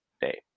day